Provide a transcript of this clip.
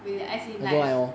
wait wait as in like